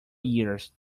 years